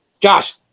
Josh